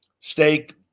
Steak